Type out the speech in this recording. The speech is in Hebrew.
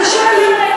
קשה לי.